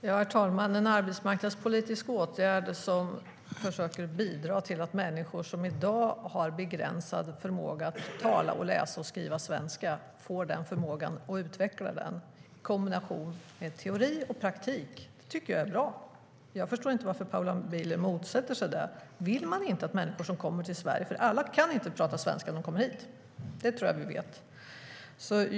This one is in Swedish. Herr talman! En arbetsmarknadspolitisk åtgärd som försöker bidra till att människor som i dag har begränsad förmåga att tala, läsa och skriva svenska får den förmågan och utvecklar den i kombination med teori och praktik tycker jag är bra. Jag förstår inte varför Paula Bieler motsätter sig det. Vill man inte att människor som kommer till Sverige ska få detta? Alla kan inte tala svenska när de kommer hit. Det tror jag att vi vet.